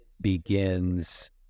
begins